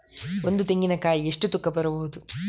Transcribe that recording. ಒಂದು ತೆಂಗಿನ ಕಾಯಿ ಎಷ್ಟು ತೂಕ ಬರಬಹುದು?